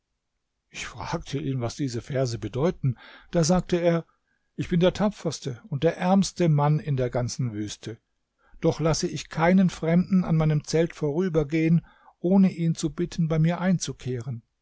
ich fragte ihn was diese verse bedeuten da sagte er ich bin der tapferste und der ärmste mann in der ganzen wüste doch lasse ich keinen fremden an meinem zelt vorübergehen ohne ihn zu bitten bei mir einzukehren